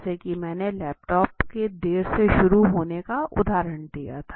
जैसा की मैंने लैपटॉप के देर से शुरू होने का उदहारण दिया था